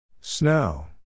Snow